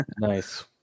nice